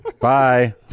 Bye